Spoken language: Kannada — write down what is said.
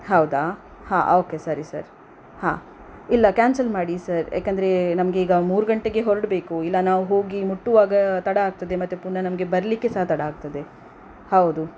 ಹೌದಾ ಹಾಂ ಓಕೆ ಸರಿ ಸರ್ ಹಾಂ ಇಲ್ಲ ಕ್ಯಾನ್ಸಲ್ ಮಾಡಿ ಸರ್ ಏಕೆಂದ್ರೆ ನಮಗೀಗ ಮೂರು ಗಂಟೆಗೆ ಹೊರಡ್ಬೇಕು ಇಲ್ಲ ನಾವು ಹೋಗಿ ಮುಟ್ಟುವಾಗ ತಡ ಆಗ್ತದೆ ಮತ್ತೆ ಪುನಃ ನಮಗೆ ಬರಲಿಕ್ಕೆ ಸಹಾ ತಡ ಆಗ್ತದೆ ಹೌದು